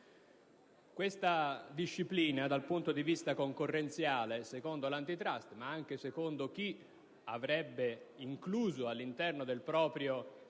Questa disciplina, dal punto di vista concorrenziale, secondo l'*Antitrust* ma anche secondo chi avrebbe incluso all'interno del proprio